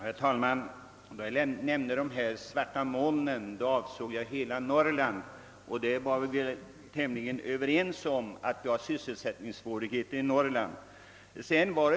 Herr talman! Då jag nämnde de svarta molnen avsåg jag hela Norrland, och vi är väl tämligen överens om att vi har sysselsättningssvårigheter där.